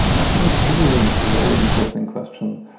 i think this is a very interesting question.